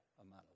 amount